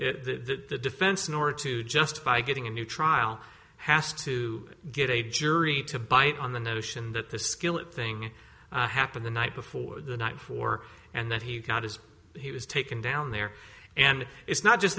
to the defense in order to justify getting a new trial has to get a jury to bite on the notion that the skillet thing happened the night before the night before and that he got as he was taken down there and it's not just